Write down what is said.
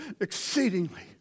exceedingly